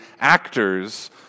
actors